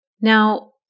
Now